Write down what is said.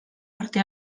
parte